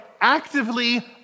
actively